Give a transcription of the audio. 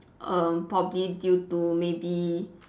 err probably due to maybe